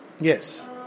Yes